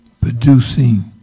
producing